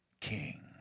king